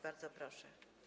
Bardzo proszę.